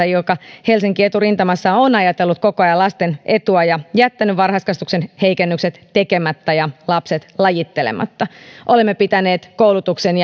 joka helsinki eturintamassa on ajatellut koko ajan lasten etua ja jättänyt varhaiskasvatuksen heikennykset tekemättä ja lapset lajittelematta olemme pitäneet koulutuksen